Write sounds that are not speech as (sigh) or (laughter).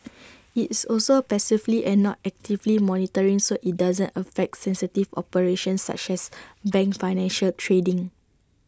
(noise) it's also passively and not actively monitoring so IT doesn't affect sensitive operations such as A bank's financial trading